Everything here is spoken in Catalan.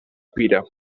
pira